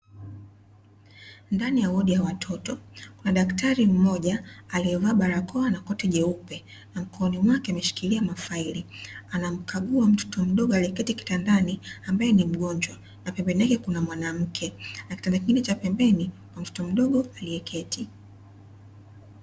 Ndani ya wodi ya watoto kuna daktari mmoja aliyevaa barakoa, na koti jeupe na mkononi mwake ameshikilia mafaili, anamkagua mtoto mdogo aliyeketi kitandani ambaye ni mgonjwa na pembeni yake kuna mwanamke. Na kitanda kingine cha pembeni kuna mtoto mdogo aliyeketi.